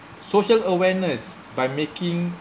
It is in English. social awareness by making